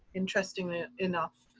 interestingly enough,